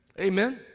amen